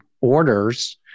orders